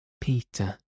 Peter